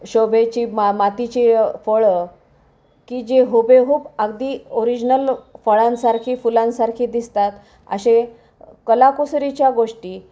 शोभेची मा मातीची फळं की जे हुबेहूब अगदी ओरिजनल फळांसारखी फुलांसारखी दिसतात असे कलाकुसरीच्या गोष्टी